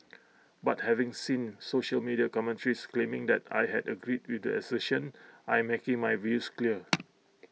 but having seen social media commentaries claiming that I had agreed with the assertion I am making my views clear